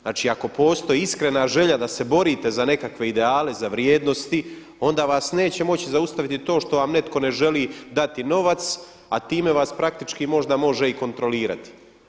Znači, ako postoji iskrena želja da se borite za nekakve ideale, za vrijednosti onda vas neće moći zaustaviti to što vam netko ne želi dati novac, a time vas praktički možda može i kontrolirati.